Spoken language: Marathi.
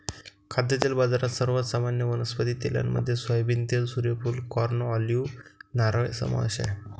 खाद्यतेल बाजारात, सर्वात सामान्य वनस्पती तेलांमध्ये सोयाबीन तेल, सूर्यफूल, कॉर्न, ऑलिव्ह, नारळ समावेश आहे